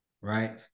right